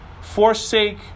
forsake